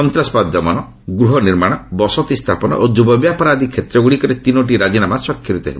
ସନ୍ତାସବାଦ ଦମନ ଗୃହ ନିର୍ମାଣ ବସତି ସ୍ଥାପନ ଓ ଯୁବବ୍ୟାପାର ଆଦି କ୍ଷେତ୍ରଗୁଡ଼ିକରେ ତିନୋଟି ରାଜିନାମା ସ୍ୱାକ୍ଷରିତ ହେବ